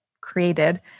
created